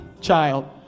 child